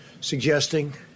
suggesting